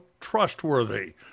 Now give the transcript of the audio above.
trustworthy